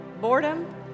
Boredom